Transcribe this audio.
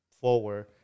forward